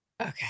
okay